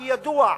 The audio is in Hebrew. כי ידוע,